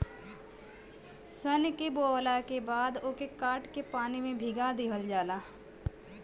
सन के बोवला के बाद ओके काट के पानी में भीगा दिहल जाला